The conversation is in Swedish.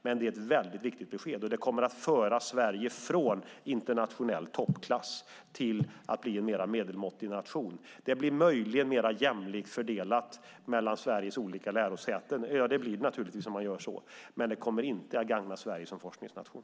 Det hela är ett väldigt viktigt besked. Det här kommer att föra Sverige bort från internationell toppklass till att bli en mer medelmåttig nation. Naturligtvis blir det mer jämlikt fördelat mellan Sveriges olika lärosäten om man gör på nämnda sätt, men det kommer inte att gagna Sverige som forskningsnation.